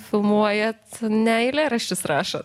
filmuojat ne eilėraščius rašot